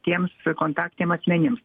tiems kontaktiniam asmenims